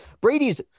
Brady's